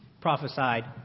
prophesied